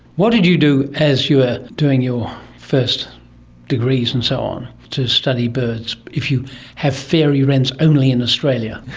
what did you do as you were ah doing your first degrees and so on to study birds if you have fairy wrens only in australia?